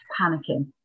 panicking